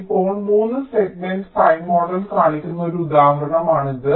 ഇപ്പോൾ 3 segment pie model കാണിക്കുന്ന ഒരു ഉദാഹരണമാണിത്